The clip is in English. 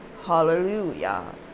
Hallelujah